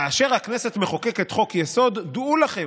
כאשר הכנסת מחוקקת חוק-יסוד, דעו לכם,